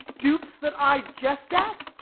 dupes that i jest at?